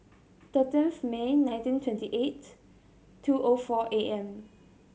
thirteenth May nineteen twenty eight two O four A M